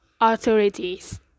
authorities